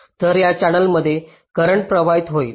तर या चॅनेलमध्ये करंट प्रवाहित होईल